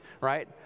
right